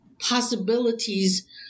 possibilities